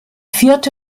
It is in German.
vierte